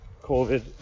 covid